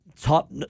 Top